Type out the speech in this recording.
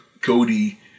Cody